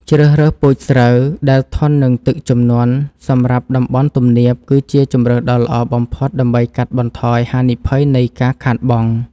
ជ្រើសរើសពូជស្រូវដែលធន់នឹងទឹកជំនន់សម្រាប់តំបន់ទំនាបគឺជាជម្រើសដ៏ល្អបំផុតដើម្បីកាត់បន្ថយហានិភ័យនៃការខាតបង់។